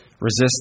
resist